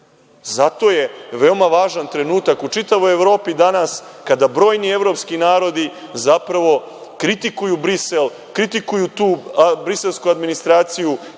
Zato je veoma važan trenutak u čitavoj Evropi danas kada brojni evropski narodi zapravo kritikuju Brisel, kritikuju tu briselsku administraciju,